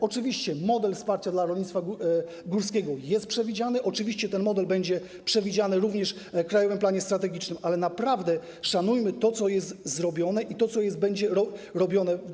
Oczywiście model wsparcia dla rolnictwa górskiego jest przewidziany, oczywiście ten model będzie przewidziany również w krajowym planie strategicznym, ale naprawdę szanujmy to, co jest zrobione, i to, co będzie robione.